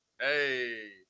hey